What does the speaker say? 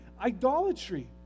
Idolatry